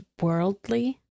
worldly